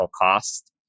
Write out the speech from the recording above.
cost